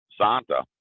santa